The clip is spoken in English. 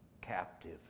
captive